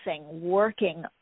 working